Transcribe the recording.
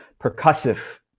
percussive